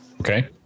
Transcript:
Okay